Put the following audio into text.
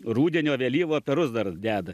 rudenio vėlyvo perus dar deda